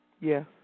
Yes